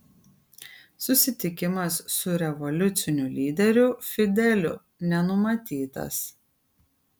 susitikimas su revoliuciniu lyderiu fideliu nenumatytas